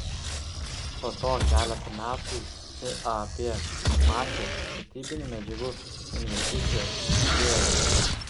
po to keletą metų iab farmacija statybinių medžiagų investicijos tylėjo